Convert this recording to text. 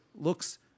looks